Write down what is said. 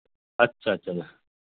अच्छा अच्छा अच्छा